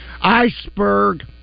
Iceberg